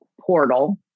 portal